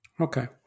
Okay